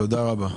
תודה רבה.